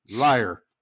Liar